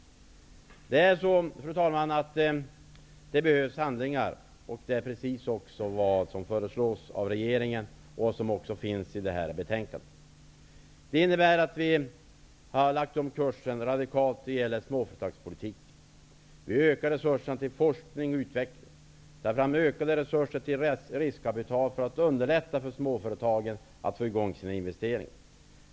Fru talman! Det behövs handling, och det är precis det som föreslås av regeringen och som finns i betänkandet. De innebär att vi radikalt lägger om kursen i småföretagspolitiken. Vi ökar resurserna till forskning och utveckling och tar fram ökade resurser till riskkapital för att underlätta för småföretagen att få i gång sina investeringar.